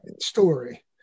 story